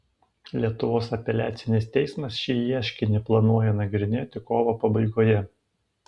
lietuvos apeliacinis teismas šį ieškinį planuoja nagrinėti kovo pabaigoje